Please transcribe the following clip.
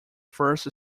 first